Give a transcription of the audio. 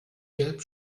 gelb